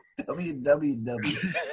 www